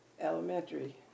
Elementary